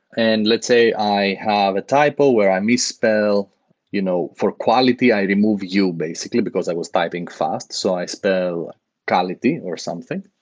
and let's say i have a typo where i misspell you know for quality, i remove you basically, because i was typing fast. so i spell qality or something.